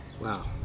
Wow